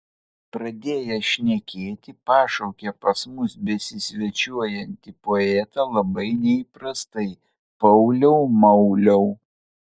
pradėjęs šnekėti pašaukė pas mus besisvečiuojantį poetą labai neįprastai pauliau mauliau